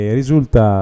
risulta